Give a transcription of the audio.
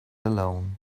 alone